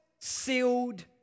sealed